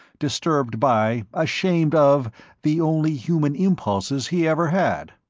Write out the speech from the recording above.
disturbed by, ashamed of the only human impulses he ever had.